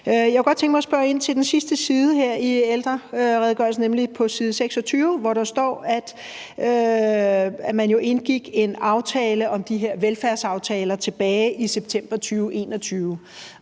Jeg kunne godt tænke mig at spørge ind til den sidste side her i ældreredegørelsen, nemlig på side 26, hvor der står, at man jo indgik en aftale om de her velfærdsaftaler tilbage i september 2021.